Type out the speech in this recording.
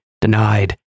denied